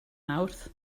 mawrth